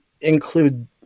include